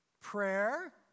prayer